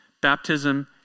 baptism